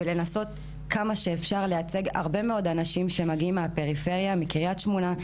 ולנסות כמה שאפשר לייצג הרבה מאוד אנשים שמגיעים מהפריפריה מקרית שמונה,